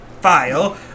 file